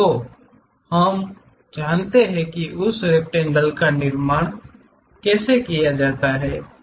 तो हम जानते हैं कि उस रेक्टेंगल का निर्माण कैसे किया जाता है